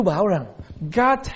God